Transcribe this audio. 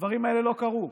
והדברים האלה לא קרו.